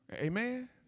amen